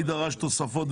מי דרש תוספות?